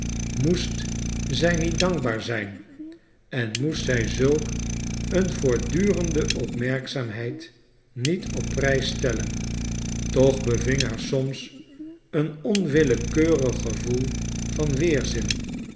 moest zij niet dankbaar zijn en moest zij zulk een voortdurende opmerkzaamheid niet op prijs stellen toch beving haar soms een onwillekeurig gevoel van weerzin